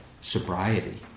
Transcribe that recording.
sobriety